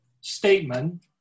statement